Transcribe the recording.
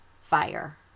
fire